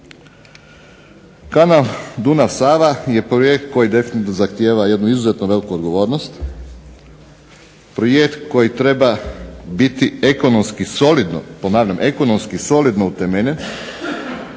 Kanal Dunav-Sava je projekt koji zahtijeva jednu izuzetno veliku odgovornost, projekt koji treba biti ekonomski solidno utemeljen,